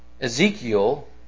Ezekiel